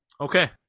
Okay